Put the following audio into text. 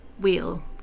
wheel